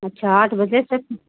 अच्छा आठ बजे तक